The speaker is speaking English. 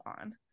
on